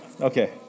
Okay